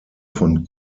von